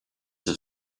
have